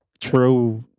true